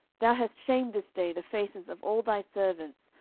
thou hast shamed this day the faces of all thy servants,